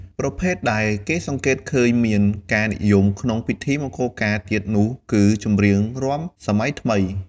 ប្រភេទដែលគេសង្កេតឃើញមានការនិយមក្នុងពិធីមង្គលការទៀតនោះគឺចម្រៀងរាំសម័យថ្មី។